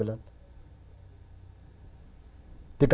but the